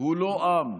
הוא לא עם,